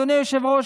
אדוני היושב-ראש,